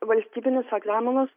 valstybinius egzaminus